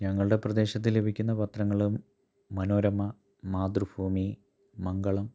ഞങ്ങളുടെ പ്രദേശത്ത് ലഭിക്കുന്ന പത്രങ്ങൾ മനോരമ മാതൃഭൂമി മംഗളം